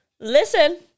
Listen